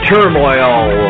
Turmoil